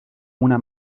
una